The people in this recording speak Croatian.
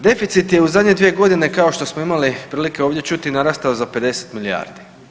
Deficit je u zadnje dvije godine kao što smo imali prilike ovdje čuti narastao za 50 milijardi.